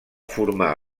formar